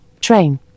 train